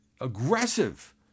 aggressive